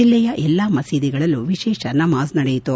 ಜಿಲ್ಲೆಯ ಎಲ್ಲಾ ಮಸೀದಿಗಳಲ್ಲೂ ವಿಶೇಷ ನಮಾಜ್ ನಡೆಯಿತು